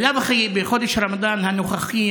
בלאו הכי בחודש הרמדאן הנוכחות,